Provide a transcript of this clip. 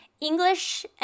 English